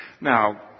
now